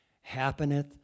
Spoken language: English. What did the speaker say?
happeneth